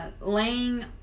laying